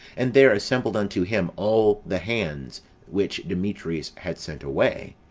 and there assembled unto him all the hands which demetrius had sent away,